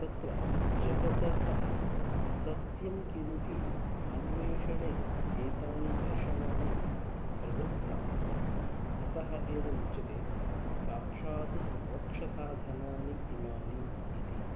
तत्र जगतः सत्यं किमिति अन्वेषणे एतानि दर्शनानि प्रवृत्तानि अतः एव उच्यते साक्षात् मोक्षसाधनानि इमानि इति